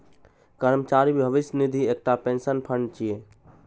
कर्मचारी भविष्य निधि एकटा पेंशन फंड छियै